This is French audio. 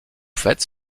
faites